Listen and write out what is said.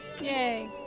Yay